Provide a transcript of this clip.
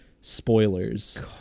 spoilers